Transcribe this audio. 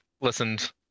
listened